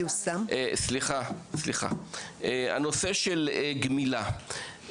הנושא של גמילה,